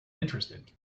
interested